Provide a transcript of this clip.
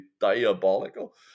diabolical